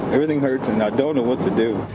everything hurts and i don't know what to do.